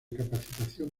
capacitación